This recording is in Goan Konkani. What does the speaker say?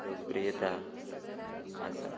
लोकप्रियता आसा